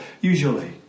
usually